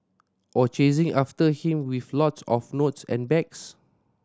or chasing after him with lots of notes and bags